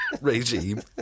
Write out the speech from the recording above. regime